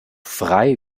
frei